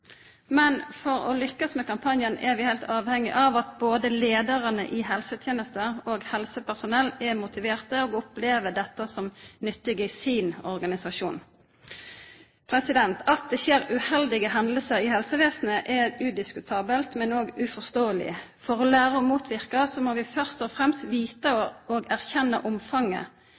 For å lykkast med kampanjen er vi heilt avhengige av at både leiarane i helsetenesta og helsepersonellet er motiverte og opplever dette som nyttig i organisasjonen sin. At det skjer uheldige hendingar i helsevesenet, er udiskutabelt, men òg uforståeleg. For å læra å motverke det må vi først og fremst vita og erkjenna omfanget.